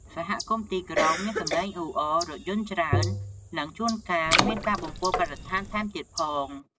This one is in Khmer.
សហគមន៍ទីក្រុងមានសំឡេងអ៊ូអរ រថយន្តច្រើន និងជួនកាលមានការបំពុលបរិស្ថានថែមទៀតផង។